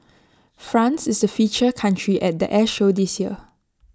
France is the feature country at the air show this year